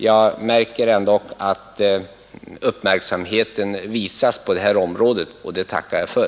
Jag märker ändock att uppmärksamhet visas på detta område, och det tackar jag för.